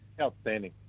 Outstanding